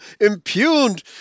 impugned